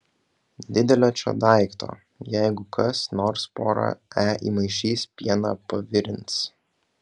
didelio čia daikto jeigu kas nors porą e įmaišys pieną pavirins